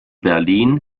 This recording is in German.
berlin